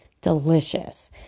delicious